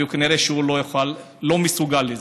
וכנראה שהוא לא מסוגל לזה.